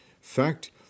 Fact